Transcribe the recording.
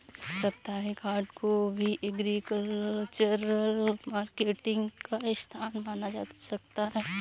साप्ताहिक हाट को भी एग्रीकल्चरल मार्केटिंग का स्थान माना जा सकता है